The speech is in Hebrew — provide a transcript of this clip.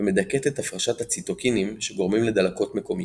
ומדכאת את הפרשת הציטוקינים שגורמים לדלקות מקומיות.